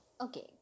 Okay